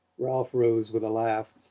ralph rose with a laugh.